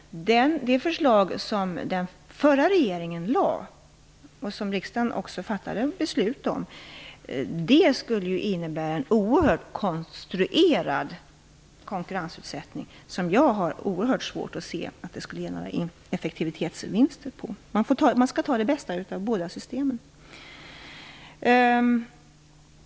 Det förslag som den förra regeringen lade fram och som riksdagen också fattade beslut om skulle innebära en oerhört konstruerad konkurrensutsättning. Jag har svårt att se att den skulle ge några effektivitetsvinster. Man skall ta det bästa ifrån båda systemen.